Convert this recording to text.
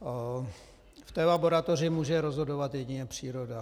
V té laboratoři může rozhodovat jedině příroda.